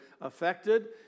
affected